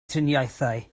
triniaethau